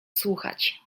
słuchać